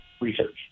research